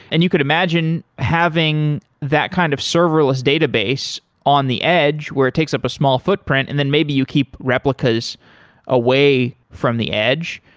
and you could imagine having that kind of serverless database on the edge where it takes up a small footprint and then maybe you keep replicas away from the edge.